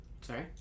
Sorry